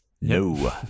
No